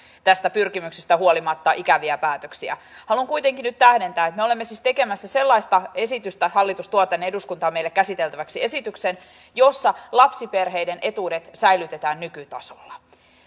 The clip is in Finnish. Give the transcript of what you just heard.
tästä pyrkimyksestä huolimatta ikäviä päätöksiä haluan kuitenkin nyt tähdentää että me olemme siis tekemässä sellaista esitystä hallitus tuo tänne eduskuntaan meille käsiteltäväksi esityksen jossa lapsiperheiden etuudet säilytetään nykytasolla